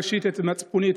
ראשית את מצפוני,